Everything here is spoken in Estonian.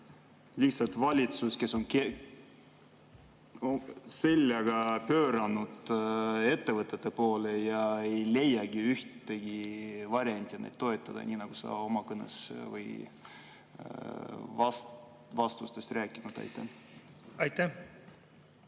lihtsalt valitsus, kes on selja pööranud ettevõtete poole ja ei leiagi ühtegi varianti neid toetada, nii nagu sa oma kõnes ja vastustes oled rääkinud? Aitäh,